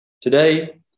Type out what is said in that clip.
Today